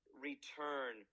return